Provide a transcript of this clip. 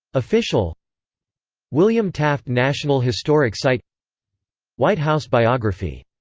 official william taft national historic site white house biography